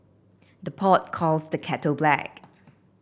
the pot calls the kettle black